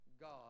God